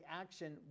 action